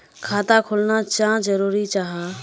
खाता खोलना चाँ जरुरी जाहा?